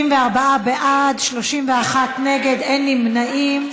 24 בעד, 31 נגד, אין נמנעים.